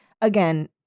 again